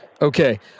Okay